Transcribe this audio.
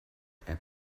app